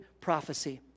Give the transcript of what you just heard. prophecy